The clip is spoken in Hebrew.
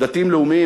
דתיים-לאומיים,